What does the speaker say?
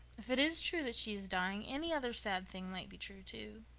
if it is true that she is dying any other sad thing might be true, too.